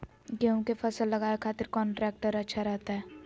गेहूं के फसल लगावे खातिर कौन ट्रेक्टर अच्छा रहतय?